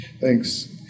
thanks